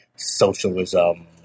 socialism